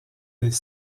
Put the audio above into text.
des